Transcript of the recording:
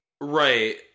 right